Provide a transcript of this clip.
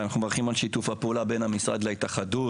אנחנו מברכים על שיתוף הפעולה בין המשרד להתאחדות.